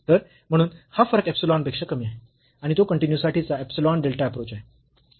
तर म्हणून हा फरक इप्सिलॉन पेक्षा कमी आहे आणि तो कन्टीन्यूईटी साठी चा इप्सिलॉन डेल्टा अप्रोच आहे